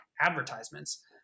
advertisements